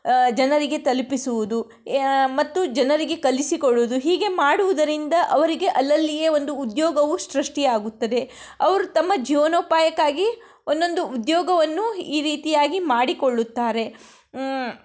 ಜನರಿಗೆ ತಲುಪಿಸುವುದು ಮತ್ತು ಜನರಿಗೆ ಕಲಿಸಿಕೊಡುವುದು ಹೀಗೆ ಮಾಡುವುದರಿಂದ ಅವರಿಗೆ ಅಲ್ಲಲ್ಲಿಯೇ ಒಂದು ಉದ್ಯೋಗವು ಸೃಷ್ಟಿಯಾಗುತ್ತದೆ ಅವರು ತಮ್ಮ ಜೀವನೋಪಾಯಕ್ಕಾಗಿ ಒಂದೊಂದು ಉದ್ಯೋಗವನ್ನು ಈ ರೀತಿಯಾಗಿ ಮಾಡಿಕೊಳ್ಳುತ್ತಾರೆ